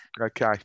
Okay